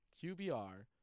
QBR